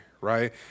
right